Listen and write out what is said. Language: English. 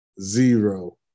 Zero